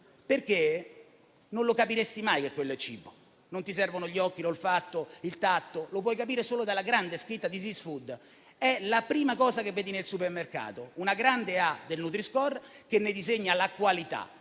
perché non si capirebbe mai che quello è cibo. Non servono gli occhi, l'olfatto o il tatto: lo si può capire solo dalla grande scritta «*This is food*». È la prima cosa che si vede nel supermercato: una grande «A» del nutri-score che ne designa la qualità;